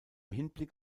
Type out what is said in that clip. hinblick